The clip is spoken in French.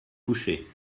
couché